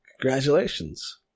Congratulations